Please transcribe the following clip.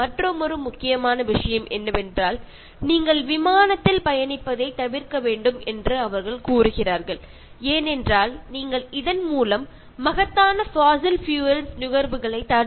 മറ്റൊരു പ്രധാനപ്പെട്ട കാര്യം കാലാവസ്ഥാ വ്യതിയാനത്തെക്കുറിച്ച് അവബോധം സൃഷ്ടിക്കുന്നവർ പറയുന്നത് നിങ്ങൾ കഴിയുന്നതും ഫ്ലൈറ്റ് യാത്ര ഒഴിവാക്കണം എന്നാണ്